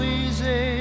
easy